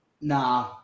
Nah